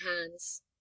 hands